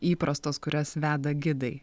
įprastos kurias veda gidai